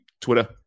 Twitter